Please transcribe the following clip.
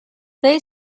they